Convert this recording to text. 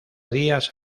días